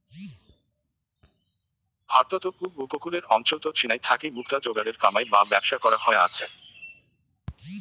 ভারতত পুব উপকূলের অঞ্চলত ঝিনাই থাকি মুক্তা যোগারের কামাই বা ব্যবসা করা হয়া আচে